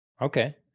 Okay